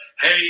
hey